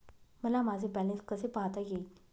मला माझे बॅलन्स कसे पाहता येईल?